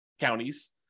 counties